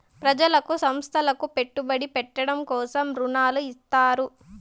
ప్రజలకు సంస్థలకు పెట్టుబడి పెట్టడం కోసం రుణాలు ఇత్తారు